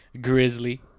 grizzly